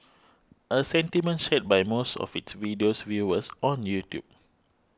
a sentiment shared by most of its video's viewers on YouTube